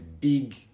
big